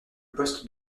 poste